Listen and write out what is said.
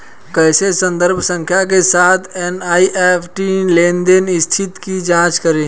कैसे संदर्भ संख्या के साथ एन.ई.एफ.टी लेनदेन स्थिति की जांच करें?